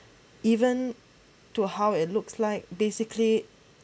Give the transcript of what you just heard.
even to how it looks like basically